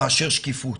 מאשר שקיפות.